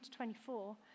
24